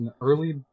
early